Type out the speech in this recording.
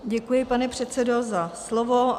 Děkuji, pane předsedo, za slovo.